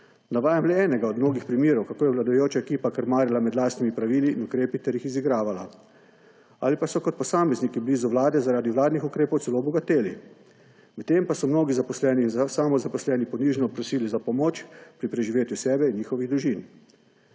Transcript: Navajam le enega od mnogih primerov, kako je vladajoča ekipa krmarila med lastnimi pravili in ukrepi ter jih izigravala ali pa so kot posamezniki blizu vlade zaradi vladnih ukrepov celo obogateli. Medtem pa so mnogi zaposleni in samozaposleni ponižno prosili za pomoč pri preživetju sebe in njihovih družin.